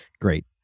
great